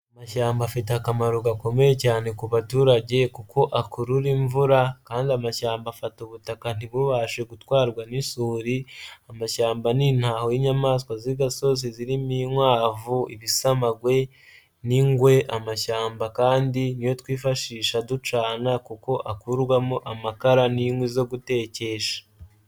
Amashyamba afite akamaro gakomeye cyane ku baturage kuko akurura imvura kandi amashyamba afata ubutaka ntibubashe gutwarwa n'isuri. Amashyamba ni intaho y'inyamaswa z'igasozi zirimo: inkwavu, ibisamagwe n'ingwe. Amashyamba kandi niyo twifashisha ducana kuko akurwamo amakara n'inkwi zo gutekesha.